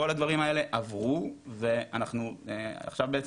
כל הדברים האלה עברו ואנחנו עכשיו בעצם